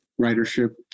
ridership